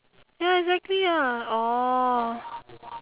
ya exactly lah orh